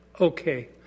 Okay